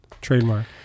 trademark